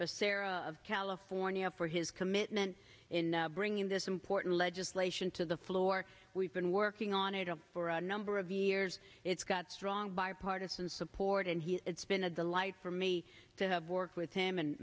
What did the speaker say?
basara of california for his commitment in bringing this important legislation to the floor we've been working on it up for a number of years it's got strong bipartisan support and he it's been a delight for me to work with him and